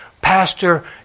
Pastor